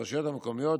הרשויות המקומיות,